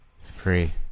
Three